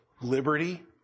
liberty